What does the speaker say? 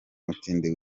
mutindi